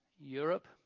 Europe